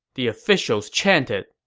the officials chanted.